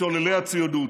לשוללי הציונות.